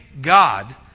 God